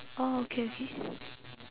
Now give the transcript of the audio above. oh okay okay